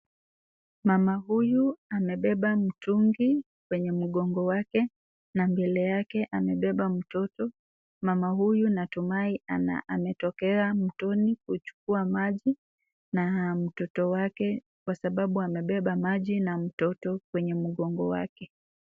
Mama huyu amebeba mtungi kwenye mgongo wake na mbele yake amebeba mtoto. Mama huyu natumai ametokea mtoni kuchukua maji na mtoto wake kwa sababu amebeba maji na mtoto kwenye mgongo wake.